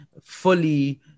fully